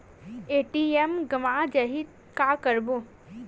ATM गवां जाहि का करबो?